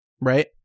Right